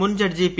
മുൻ judge P